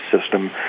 system